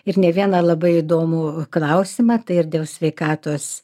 ir ne vieną labai įdomų klausimą tai ir dėl sveikatos